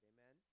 Amen